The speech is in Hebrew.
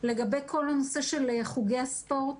לגבי כל הנושא של חוגי הספורט